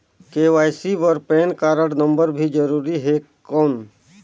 KYC बर PAN card number भी जरूरी हे कौन?